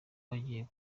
bagiye